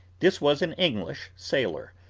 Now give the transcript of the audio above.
this was an english sailor,